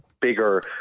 bigger